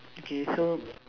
okay so